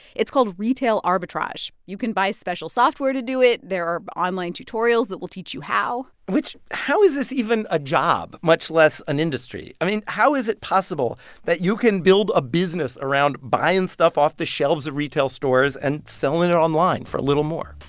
it's called retail arbitrage. you can buy special software to do it. there are online tutorials that will teach you how which how is this even a job, much less an industry? i mean, how is it possible that you can build a business around buying stuff off the shelves of retail stores and selling it online for a little more?